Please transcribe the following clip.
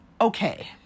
okay